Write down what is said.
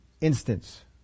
instance